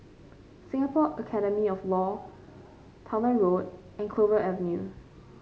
Singapore Academy of Law Towner Road and Clover Avenue